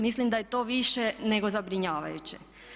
Mislim da je to više nego zabrinjavajuće.